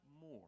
more